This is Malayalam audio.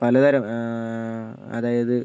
പലതരം അതായത്